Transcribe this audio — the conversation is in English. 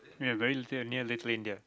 ya very Li~ near Little India